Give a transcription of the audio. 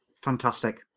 Fantastic